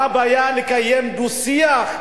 מה הבעיה לקיים דו-שיח שהרב,